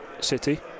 City